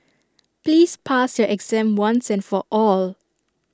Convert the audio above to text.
please pass your exam once and for all